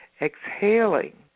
Exhaling